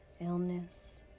illness